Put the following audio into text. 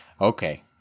Okay